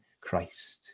christ